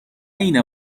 اینه